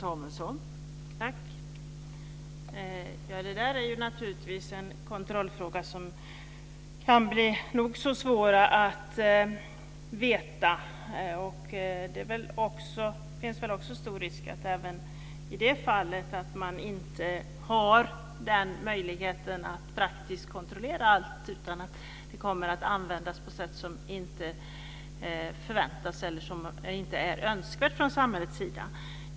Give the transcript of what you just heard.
Fru talman! Detta är naturligtvis en kontroll som kan bli nog så svår. Det finns väl stor risk för att man även i det fallet inte kommer att ha möjlighet att praktiskt kontrollera allt och att kontrollen kommer att användas på ett sätt som inte är önskvärt från samhällets sida.